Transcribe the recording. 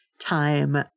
Time